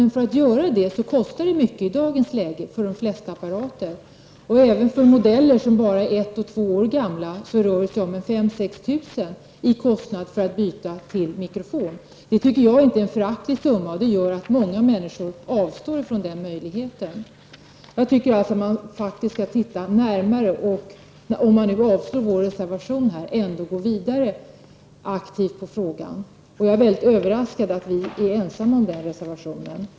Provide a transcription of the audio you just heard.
Det bytet kostar emellertid mycket i dagens läge. Även för modeller som bara är ett till två år gamla rör det sig om 5 000--6 000 kr. i kostnad för att skaffa en mikrofon. Det är inte en föraktlig summa, och det gör att många människor avstår från den möjligheten. Jag tycker att man skall studera detta närmare, och även om man avslår vår reservation bör man aktivt gå vidare med frågan. Jag är mycket överraskad över att vi är ensamma om den reservationen.